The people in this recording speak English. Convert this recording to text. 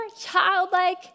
childlike